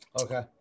Okay